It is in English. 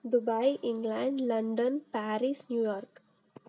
Dubai England London Paris New York